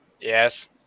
Yes